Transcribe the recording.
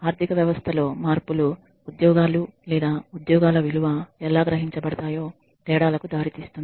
ఆర్థిక వ్యవస్థలో మార్పులు ఉద్యోగాలు లేదా ఉద్యోగాల విలువ ఎలా గ్రహించబడతాయో తేడాలకు దారితీస్తుంది